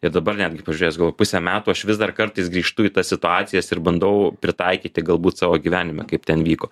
ir dabar netgi pažiūrėjčs galvoju pusę metų aš vis dar kartais grįžtu į tas situacijas ir bandau pritaikyti galbūt savo gyvenime kaip ten vyko